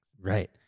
Right